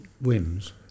whims